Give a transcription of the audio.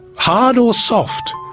hard or soft?